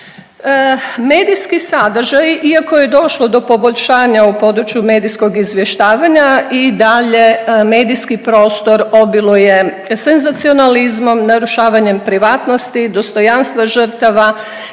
Medijski sadržaj iako je došlo do poboljšanja u području medijskog izvještavanja i dalje medijski prostor obiluje senzacionalizmom, narušavanjem privatnosti, dostojanstva žrtava,